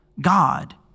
God